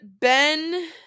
Ben